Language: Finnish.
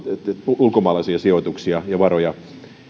ulkomaalaisia sijoituksia ja varoja